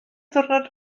ddiwrnod